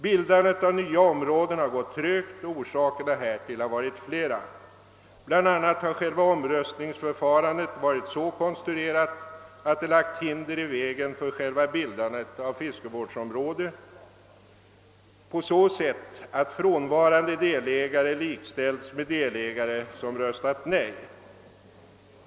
Bildandet av nya områden har gått trögt. Orsakerna härtill har varit flera. Bland annat har själva omröstningsförfarandet varit så konstruerat att det lagt hinder i vägen för själva bildandet av fiskevårdsområde, nämligen därigenom att frånvarande delägare likställts med delägare som röstat nej.